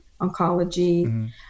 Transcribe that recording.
oncology